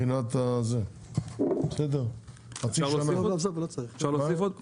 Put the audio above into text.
חצי שנה הם